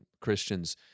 Christians